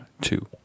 two